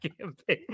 campaign